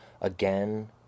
again